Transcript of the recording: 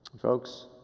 Folks